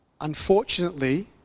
Unfortunately